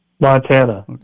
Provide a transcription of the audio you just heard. montana